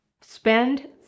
spend